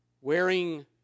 wearing